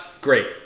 great